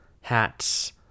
hats